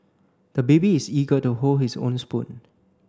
the baby is eager to hold his own spoon